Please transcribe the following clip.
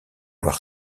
avoir